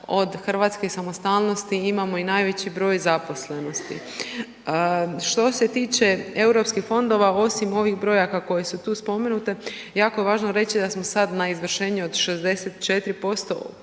od Hrvatske samostalnosti imamo i najveći broj zaposlenosti. Što se tiče eu fondova osim ovih brojaka koje su tu spomenute jako je važno reći da smo sada na izvršenju od 64%